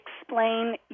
explain